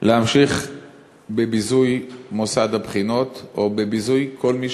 להמשיך בביזוי מוסד הבחינות או בביזוי כל מי